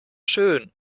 schön